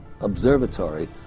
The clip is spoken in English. observatory